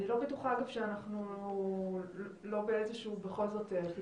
אני לא בטוחה שאנחנו לא באיזה שהוא פיגור